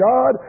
God